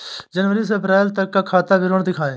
जनवरी से अप्रैल तक का खाता विवरण दिखाए?